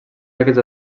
aquests